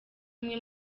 umwe